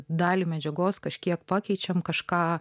dalį medžiagos kažkiek pakeičiau kažką